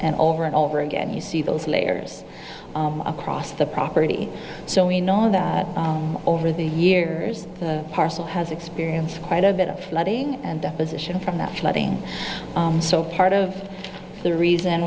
and over and over again you see those layers across the property so we know that over the years the parcel has experienced quite a bit of flooding and position from the flooding so part of the reason